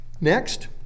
Next